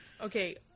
Okay